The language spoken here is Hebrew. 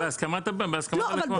לא, בהסכמת הלקוח.